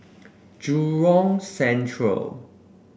Jurong Central